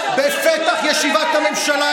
בפתח ישיבת הממשלה,